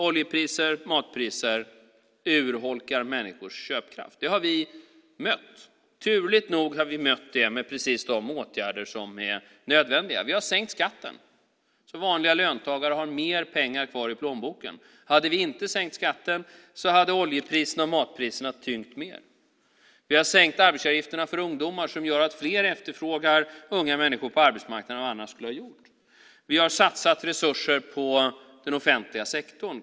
Oljepriser och matpriser urholkar människors köpkraft. Det har vi mött. Turligt nog har vi mött det med precis de åtgärder som är nödvändiga. Vi har sänkt skatten, så att vanliga löntagare har mer pengar kvar i plånboken. Hade vi inte sänkt skatten hade oljepriserna och matpriserna tyngt mer. Vi har sänkt arbetsgivaravgifterna för ungdomar, vilket gör att fler efterfrågar unga människor på arbetsmarknaden än vad man annars skulle ha gjort. Vi har satsat resurser på den offentliga sektorn.